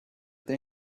they